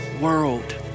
world